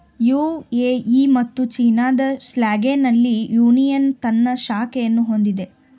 UAE ಮತ್ತು ಚೀನಾದ ಶಾಂಘೈನಲ್ಲಿ ಯೂನಿಯನ್ ತನ್ನ ಶಾಖೆಯನ್ನು ಹೊಂದಿದೆ